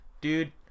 dude